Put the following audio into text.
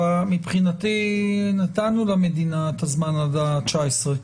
מבחינתי נתנו למדינה את הזמן עד ה-19,